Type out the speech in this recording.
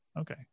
Okay